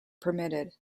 permitted